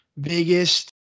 biggest